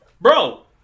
bro